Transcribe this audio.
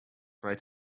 right